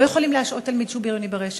לא יכולים להשעות תלמיד שהוא בריוני ברשת?